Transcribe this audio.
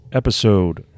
episode